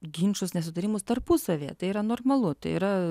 ginčus nesutarimus tarpusavyje tai yra normalu tai yra